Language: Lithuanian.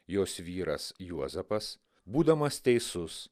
jos vyras juozapas būdamas teisus